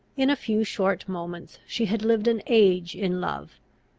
in a few short moments she had lived an age in love.